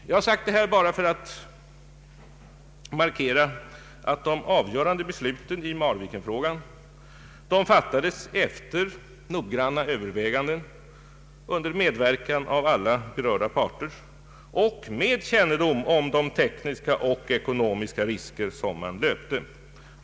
Jag har sagt detta för att markera att de avgörande besluten i Marvikenfrågan fattades efter noggranna överväganden under medverkan av alla berörda parter och med kännedom om de tekniska och ekonomiska risker som man löpte.